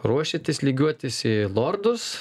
ruošiatės lygiuotis į lordus